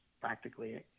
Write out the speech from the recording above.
practically